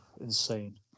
insane